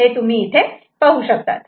हे तुम्ही इथे पाहू शकतात